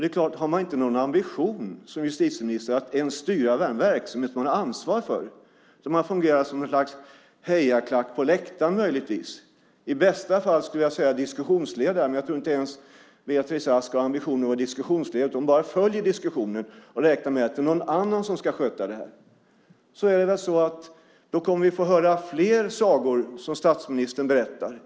Det är klart att det är så om man som justitieminister inte har någon ambition att ens styra den verksamhet man har ansvar för. Man fungerar som ett slags hejaklack på läktaren möjligtvis. I bästa fall skulle jag säga diskussionsledare, men jag tror inte ens att Beatrice Ask har ambitionen att vara diskussionsledare. Hon bara följer diskussionen och räknar med att någon annan ska sköta det här. Vi kommer att få höra fler sagor som statsministern berättar.